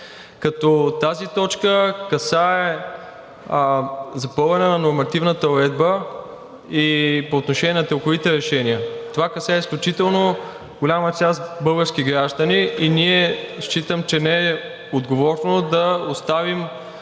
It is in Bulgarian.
като тази точка касае запълване на нормативната уредба и по отношение на ТЕЛК-овите решения. Това касае изключително голяма част български граждани и считам, че не е отговорно да оставим